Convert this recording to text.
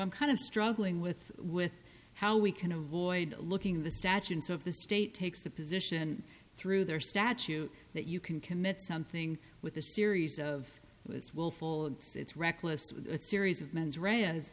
i'm kind of struggling with with how we can avoid looking at the statutes of the state takes the position through their statute that you can commit something with a series of willful it's reckless series of mens r